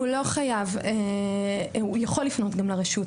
הוא יכול לפנות גם לרשות,